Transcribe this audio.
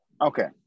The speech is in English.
okay